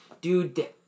Dude